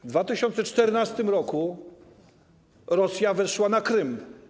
W 2014 r. Rosja weszła na Krym.